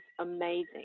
amazing